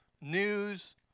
news